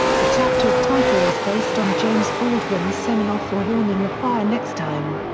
the chapter's title is based on james baldwin's seminal forewarning the fire next time.